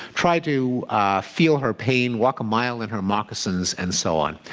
try to feel her pain, walk a mile in her moccasins, and so on.